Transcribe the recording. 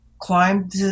climbed